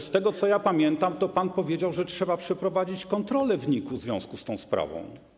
Z tego, co pamiętam, to pan powiedział, że trzeba przeprowadzić kontrolę w NIK-u w związku z tą sprawą.